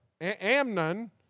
Amnon